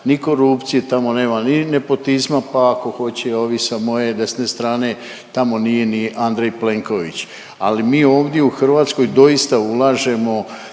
ni korupcije, tamo nema ni nepotizma, pa ako hoće ovi sa moje desne strane tamo nije ni Andrej Plenković, ali mi ovdje u Hrvatskoj doista ulažemo